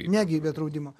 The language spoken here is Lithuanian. ne gyvybės draudimo